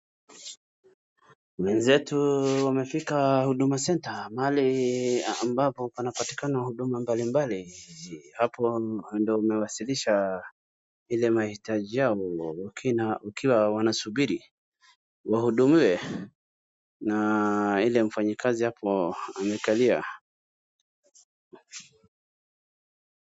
Wenzetu wamefika Huduma Center mahali ambapo panapatikana huduma mbalimbali. Hapo ndo wamewasilisha ile mahitaji yao wakiwa wanasubiri wahudumiwe na ile mfanyikazi hapo amekalia.